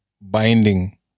binding